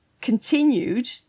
continued